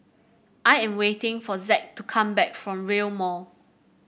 I am waiting for Zack to come back from Rail Mall